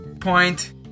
Point